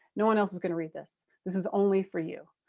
no one else is gonna read this. this is only for you.